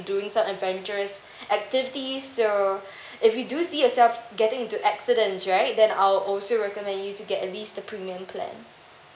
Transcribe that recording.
doing some adventurous activities so if you do see yourself getting into accidents right then I'll also recommend you to get at least the premium plan